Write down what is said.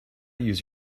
use